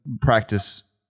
practice